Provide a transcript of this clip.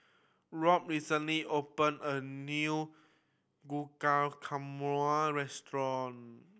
Robb recently opened a new restaurant